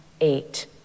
eight